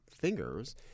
fingers